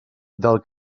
del